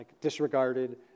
disregarded